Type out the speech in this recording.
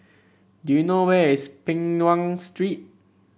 do you know where is Peng Nguan Street